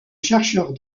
chercheurs